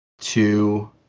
two